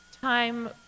Time